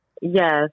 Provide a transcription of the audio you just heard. Yes